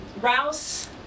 Rouse